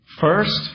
First